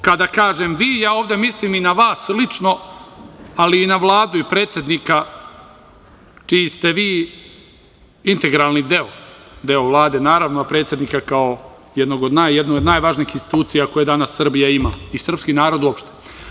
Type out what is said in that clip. Kada kažem – vi, ja ovde mislim i na vas lično, ali i na Vladu i predsednika, čiji ste vi integralni deo, deo Vlade, naravno, a predsednika kao jednog od najvažnijih institucija koje danas Srbija i srpski narod ima.